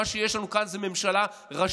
מה שיש לנו כאן זה ממשלה רשלנית,